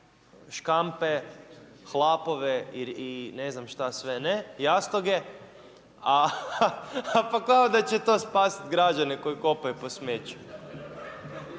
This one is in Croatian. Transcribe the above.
škampe, hlapove i ne znam šta sve ne, jastoge, a kao da će to spasiti građane koji kopaju po smeću,